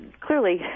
clearly